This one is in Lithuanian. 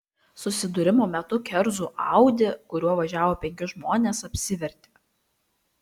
susidūrimo metu kerzų audi kuriuo važiavo penki žmonės apsivertė